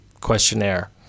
questionnaire